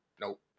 Nope